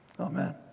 Amen